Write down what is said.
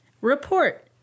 Report